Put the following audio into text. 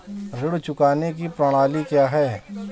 ऋण चुकाने की प्रणाली क्या है?